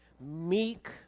meek